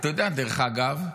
אתה יודע, דרך אגב,